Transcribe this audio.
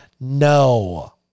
no